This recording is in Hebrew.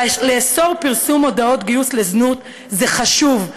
לאסור פרסום מודעות גיוס לזנות זה חשוב,